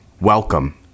Welcome